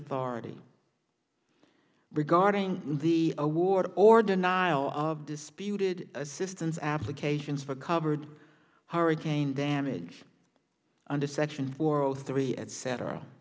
authority regarding the award or denial of disputed assistance applications for covered hurricane damage under section world three et